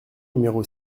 numéro